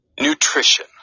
nutrition